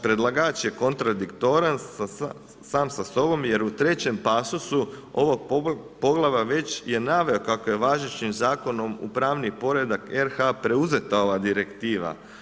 Predlagač je kontradiktoran sam sa sobom jer u trećem pasusu ovog poglavlja već je naveo kako je važećim zakonom u pravni poredak RH preuzeta ova direktiva.